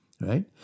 right